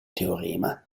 teorema